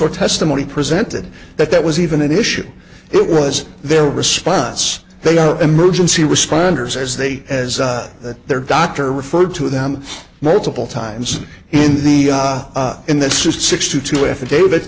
or testimony presented that that was even an issue it was their response they are emergency responders as they as their doctor referred to them multiple times in the in the six two two af